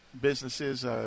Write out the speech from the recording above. businesses